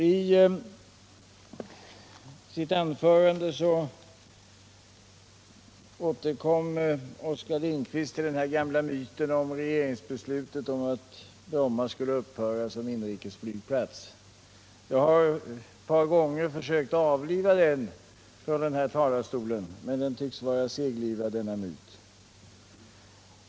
I sitt anförande återkommer Oskar Lindkvist till den gamla myten om regeringsbelslutet att Bromma skulle upphöra som inrikesflygplats. Jag har ett par gånger försökt att avliva den från den här talarstolen, men den tycks vara seglivad.